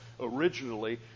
originally